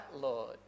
Lord